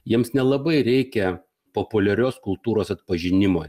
jiems nelabai reikia populiarios kultūros atpažinimo